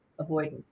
avoidant